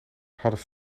hadden